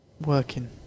working